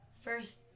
First